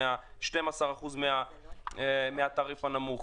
מ-12% מהתעריף הנמוך.